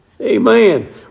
Amen